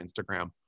Instagram